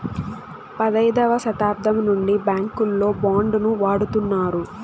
పదైదవ శతాబ్దం నుండి బ్యాంకుల్లో బాండ్ ను వాడుతున్నారు